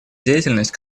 деятельность